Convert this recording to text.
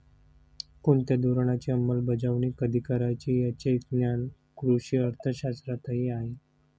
कोणत्या धोरणाची अंमलबजावणी कधी करायची याचे ज्ञान कृषी अर्थशास्त्रातही आहे